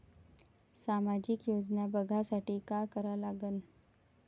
सामाजिक योजना बघासाठी का करा लागन?